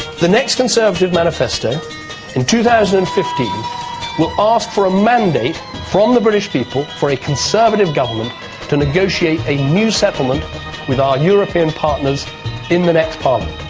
the next conservative manifesto in two thousand and fifteen will ask for a mandate from the british people for a conservative government to negotiate a new settlement with our european partners in the next parliament.